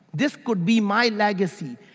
this could be my legacy,